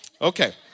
Okay